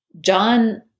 John